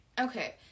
Okay